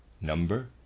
number